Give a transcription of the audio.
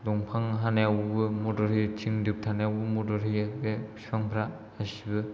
दंफां हानायावबो मदद होयो थिं दोबथानायावबो मदद होयो बे बिफांफ्रा गासिबो